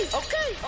okay